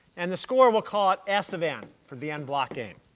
and the score, we'll call it s of n for the n-block game.